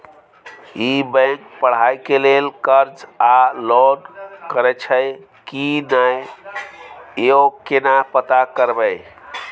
ई bank पढ़ाई के लेल कर्ज आ लोन करैछई की नय, यो केना पता करबै?